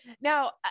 Now